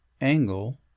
angle